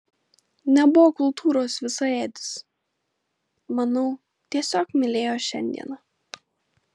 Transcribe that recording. nebuvo kultūros visaėdis manau tiesiog mylėjo šiandieną